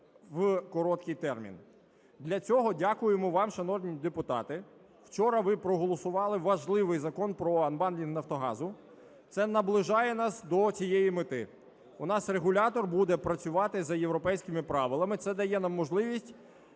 в короткий термін. Для цього, дякуємо вам, шановні депутати, вчора ви проголосували важливий Закон про анбандлінг "Нафтогазу", це наближає нас до цієї мети. У нас регулятор буде працювати за європейським правилами, це дає нам можливість